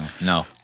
No